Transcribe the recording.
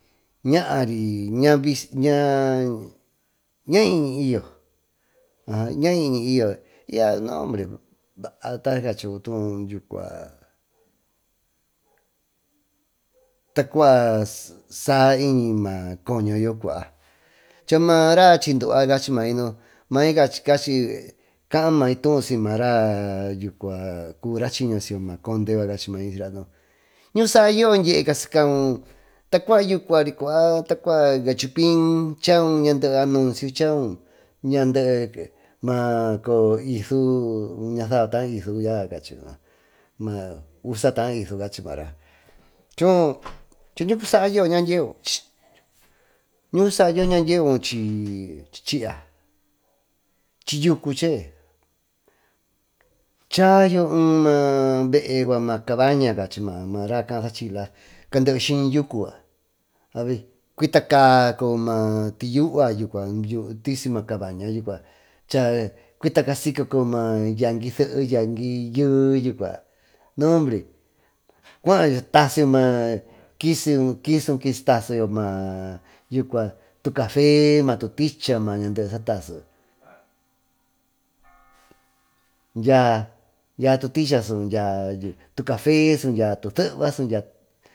Ñaa iñyyo baa taacua sayñi maa coñoyo cua chamara chiño uva cachi may nu may cachi caamay tousiy maaraá cuvi mara chiño ma conde yucua cachimay ñucu saa yoo dvie uta cua gachupin chau ñandee anuncio chaau lasa batalla isu dyiaa cachi moo maa usa taa isu cachi maara choo cha ñacusaa yoo ñandyieu chi yucu chee chaayo ee ma bee maa cabaña cachi mara caa sachila caandee skiñi yucu yucua cuta caa coyo maa tiyua yucua tisy maa cabaña yucua chaa cutaca maa yangui see sehe yangui yehe yucua nombre kisi kisu kisi tasiyo maa tuticha maá tu cafe dyaa tu sehe ma dyia.